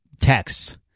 texts